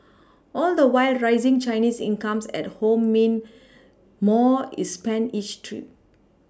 all the while rising Chinese incomes at home mean more is spent each trip